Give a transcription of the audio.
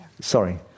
Sorry